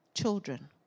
children